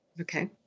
Okay